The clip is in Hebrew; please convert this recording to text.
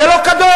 זה לא קדוש.